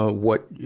ah what,